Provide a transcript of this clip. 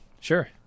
Sure